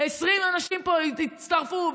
20 אנשים פה הצטרפו,